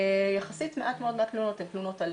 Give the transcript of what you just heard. יחסית מעט מאוד מהתלונות הן תלונות על